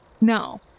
no